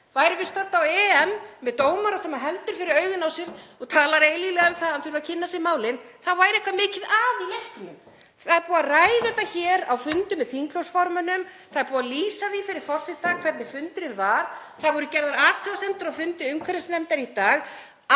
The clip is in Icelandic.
Værum við stödd á EM með dómara sem heldur fyrir augun á sér og talar eilíflega um það að hann þurfi að kynna sér málin, þá væri eitthvað mikið að í leiknum. Það er búið að ræða þetta hér á fundum með þingflokksformönnum. Það er búið að lýsa því fyrir forseta hvernig fundurinn var. Það voru gerðar athugasemdir á fundi umhverfisnefndar í dag.